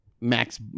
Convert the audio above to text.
max